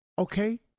Okay